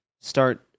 start